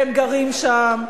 והם גרים שם,